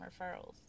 referrals